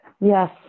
Yes